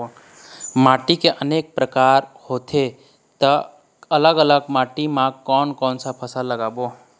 माटी के अनेक प्रकार होथे ता अलग अलग माटी मा कोन कौन सा फसल लगाबो?